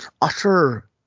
utter